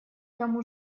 тому